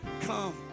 come